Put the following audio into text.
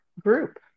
group